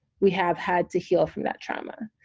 we have had to heal from that trauma.